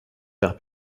père